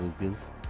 lucas